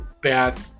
bad